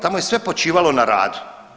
Tamo je sve počivalo na radu.